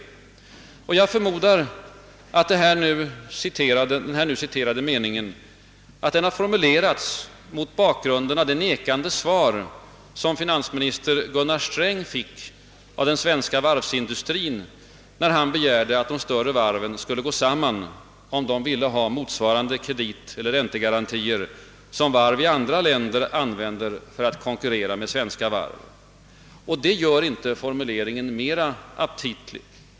Jag förmodar att den nyss citerade meningen har formulerats mot bakgrund av det nekande svar som finansminister Gunnar Sträng fick av den svenska varvsindustrin när han begärde att de större varven skulle gå samman, om de ville ha motsvarande kredit eller räntegarantier som varv i andra länder använder för att konkurrera med de svenska varven. Detta gör inte formuleringen mera aptitlig.